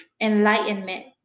enlightenment